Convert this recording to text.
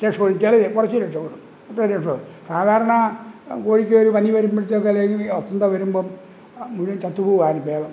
രക്ഷപ്പെടും എത്തിയാൽ കുറച്ച് രക്ഷപ്പെടും സാധാരണ കോഴിക്ക് ഒരു പനി വരുമ്പോഴത്തേക്കും അല്ലെങ്കിൽ ഈ വസന്ത വരുമ്പം മുഴുവൻ ചത്തുപോകുക അതിനും ഭേദം